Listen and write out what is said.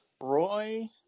Roy